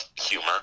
humor